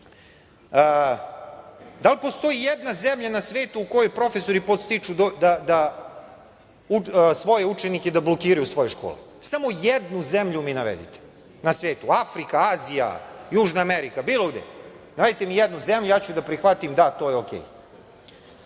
li postoji jedna zemlja na svetu u kojoj profesori podstiču svoje učenike da blokiraju svoje škole? Samo jednu zemlju mi navedite na svetu. Afrika, Azija, Južna Amerika, bilo gde. Dajte mi jednu zemlju, ja ću da prihvatim da je to